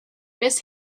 miss